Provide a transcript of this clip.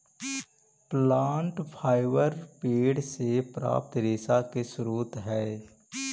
plant fibre पेड़ से प्राप्त रेशा के स्रोत हई